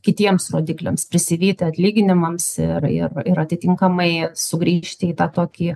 kitiems rodikliams prisivyti atlyginimams ir ir ir atitinkamai sugrįžti į tą tokį